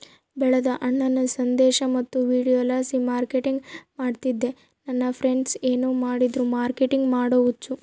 ಬೆಳೆದ ಹಣ್ಣನ್ನ ಸಂದೇಶ ಮತ್ತು ವಿಡಿಯೋಲಾಸಿ ಮಾರ್ಕೆಟಿಂಗ್ ಮಾಡ್ತಿದ್ದೆ ನನ್ ಫ್ರೆಂಡ್ಸ ಏನ್ ಮಾಡಿದ್ರು ಮಾರ್ಕೆಟಿಂಗ್ ಮಾಡೋ ಹುಚ್ಚು